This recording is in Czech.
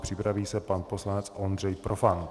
Připraví se pan poslanec Ondřej Profant.